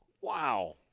Wow